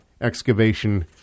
excavation